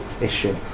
issue